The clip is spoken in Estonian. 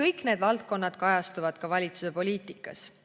Kõik need valdkonnad kajastuvad ka valitsuse poliitikas.30